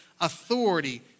authority